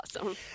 Awesome